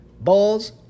balls